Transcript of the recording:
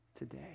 today